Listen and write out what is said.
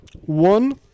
One